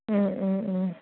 ও ও ও